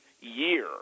year